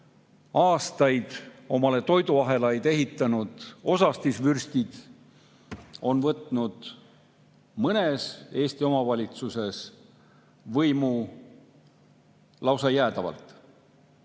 aastaid omale toiduahelaid ehitanud osastisvürstid on võtnud mõnes Eesti omavalitsuses võimu lausa jäädavalt.